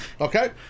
Okay